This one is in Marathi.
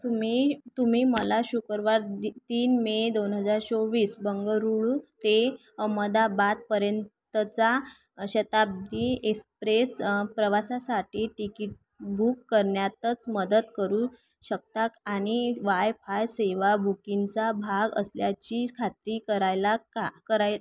तुम्ही तुम्ही मला शुक्रवार दि तीन मे दोन हजार चोवीस बंगळुरू ते अहमदाबादपर्यंतचा शताब्दी एसप्रेस प्रवासासाठी तिकीट बुक करण्यातच मदत करू शकता आणि वायफाय सेवा बुकींगचा भाग असल्याची खात्री करायला का कराय